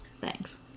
Thanks